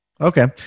Okay